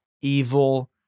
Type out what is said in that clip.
evil